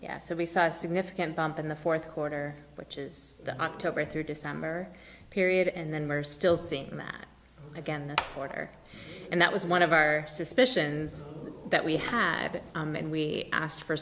yes so we saw a significant bump in the fourth quarter which is the october through december period and then we're still seeing that again quarter and that was one of our suspicions that we had and we asked for